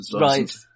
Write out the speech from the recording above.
Right